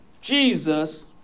Jesus